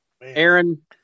Aaron